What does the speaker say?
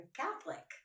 Catholic